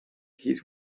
his